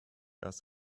erst